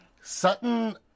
Sutton